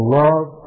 love